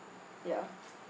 ya